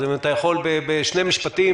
אתה יכול בשני משפטים,